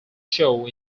show